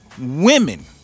women